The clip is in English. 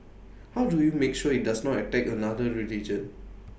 how do you make sure IT does not attack another religion